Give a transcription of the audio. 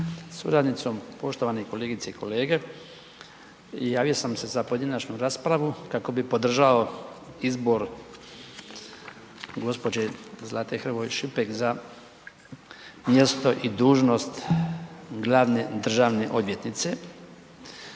suradnicom, poštovane kolegice i kolege, javio sam se za pojedinačnu raspravu kako bi podržao izbor gospođe Zlate Hrvoje Šipek za mjesto i dužnost glavne državne odvjetnice.